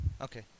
okay